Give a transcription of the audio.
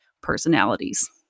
personalities